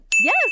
Yes